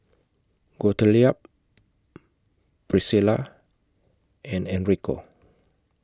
Gottlieb Priscilla and Enrico